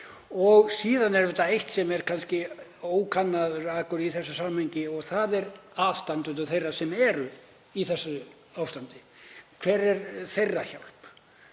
Síðan er auðvitað eitt sem er kannski óplægður akur í þessu samhengi og það eru aðstandendur þeirra sem eru í þessu ástandi. Hver er þeirra hjálp?